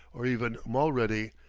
or even mulready,